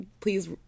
please